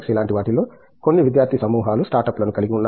ఇలాంటి వాటిల్లో కొన్ని విద్యార్థి సమూహాలు స్టార్ట్ అప్లను కలిగి ఉన్నారు